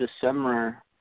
December